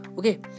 Okay